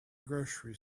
grocery